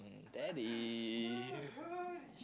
that is